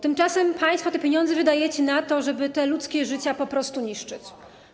Tymczasem państwo te pieniądze wydajecie na to, żeby te ludzkie życia po prostu niszczyć.